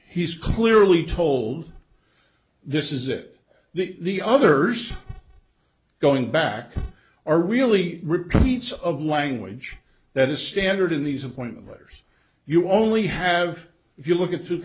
he's clearly told this is it that the others going back are really repeats of language that is standard in these in point of letters you only have if you look at two